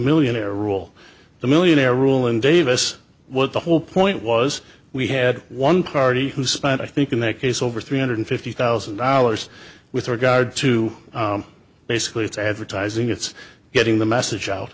millionaire rule the millionaire rule in davis was the whole point was we had one party who spent i think in that case over three hundred fifty thousand dollars with regard to basically it's advertising it's getting the message out